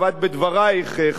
חברת הכנסת גלאון,